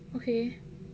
okay